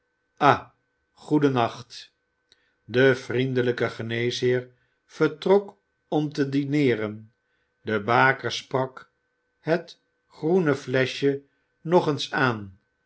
ah goedennacht de vriendelijke geneesheer vertrok om te dineeren de baker sprak het groene fleschje nog eens aan